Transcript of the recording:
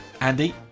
Andy